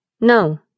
No